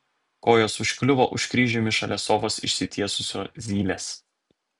kojos užkliuvo už kryžiumi šalia sofos išsitiesusio zylės